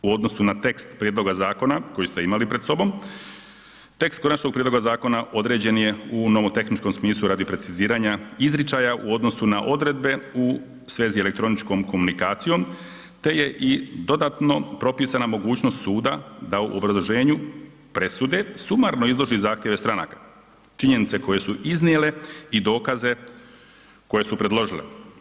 U odnosu na tekst prijedloga zakona koji ste imali pred sobom, tekst konačnog prijedloga zakona određen je u ovom tehničkom smislu radi preciziranja izričaja u odnosu na odredbe u svezi elektroničkom komunikacijom te je i dodatno propisana mogućnost suda da u obrazloženju presude sumarno izloži zahtjeve stranaka, činjenice koje su iznijele i dokaze koje su predložile.